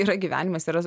yra gyvenimas yra